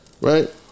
right